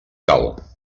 cal